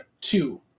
two